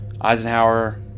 Eisenhower